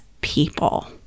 people